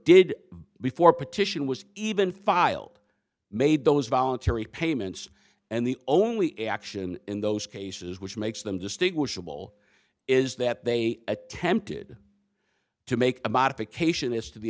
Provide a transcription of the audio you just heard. did before petition was even filed made those voluntary payments and the only action in those cases which makes them distinguishable is that they attempted to make a modification is to the